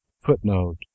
Footnote